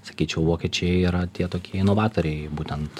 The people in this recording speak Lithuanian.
sakyčiau vokiečiai yra tie toki inovatoriai būtent